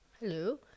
hello